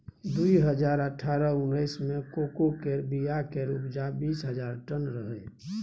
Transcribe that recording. दु हजार अठारह उन्नैस मे कोको केर बीया केर उपजा बीस हजार टन रहइ